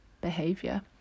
behavior